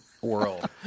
world